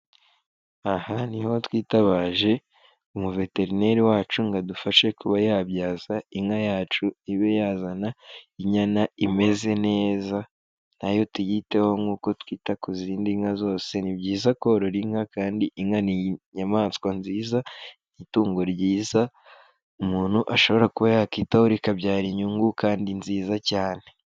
Aha ni ho twitabaje umuveterineri wacu ngo adufashe kuba yabyaza inka yacu, ibe yazana inyana imeze neza na yo tuyiteho nk'uko twita ku zindi nka zose, ni byiza korora inka kandi inka ni inyamaswa nziza, itungo ryiza umuntu ashobora kuba yakwitaho rikabyara inyungu kandi nziza cyane.